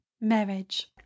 marriage